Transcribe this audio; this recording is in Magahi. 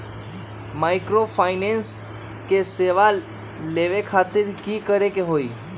माइक्रोफाइनेंस के सेवा लेबे खातीर की करे के होई?